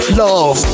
love